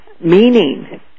meaning